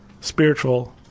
spiritual